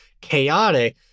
chaotic